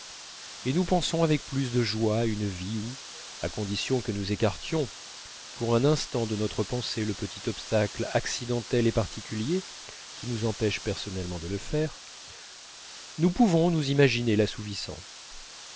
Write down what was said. et nous pensons avec plus de joie à une vie où à condition que nous écartions pour un instant de notre pensée le petit obstacle accidentel et particulier qui nous empêche personnellement de le faire nous pouvons nous imaginer l'assouvissant